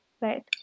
right